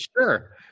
Sure